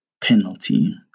penalty